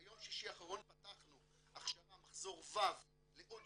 ביום שישי האחרון פתחנו הכשרה מחזור ו' לעוד